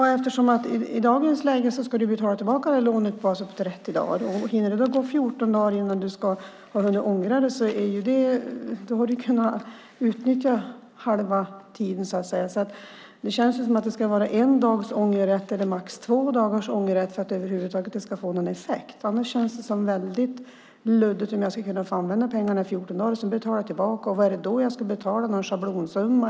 Herr talman! I dagens läge ska man betala tillbaka lånet inom 30 dagar. Om det hinner gå 14 dagar innan man ångrar sig har man kunnat utnyttja halva tiden. Det borde kanske vara en dags eller max två dagars ångerrätt för att det över huvud taget ska få någon effekt. Det känns väldigt luddigt om man ska kunna använda pengarna i 14 dagar och sedan betala tillbaka dem. Vad är det då man ska betala? Är det en schablonsumma?